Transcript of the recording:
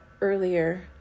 earlier